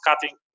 cutting